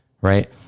right